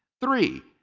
three.